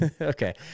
Okay